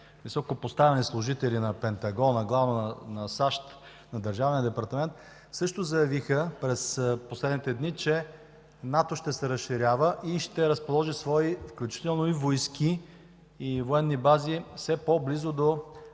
високопоставени служители на Пентагона, главно на САЩ, на Държавния департамент, също заявиха през последните дни, че НАТО ще се разширява и ще разположи свои, включително и войски, и военни бази все по-близо до